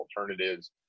alternatives